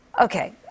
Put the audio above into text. Okay